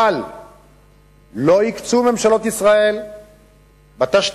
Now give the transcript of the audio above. אבל לא הקצו ממשלות ישראל בתשתיות,